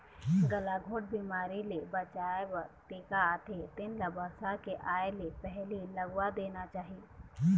गलाघोंट बिमारी ले बचाए बर टीका आथे तेन ल बरसा के आए ले पहिली लगवा देना चाही